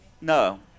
No